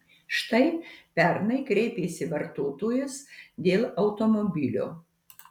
štai pernai kreipėsi vartotojas dėl automobilio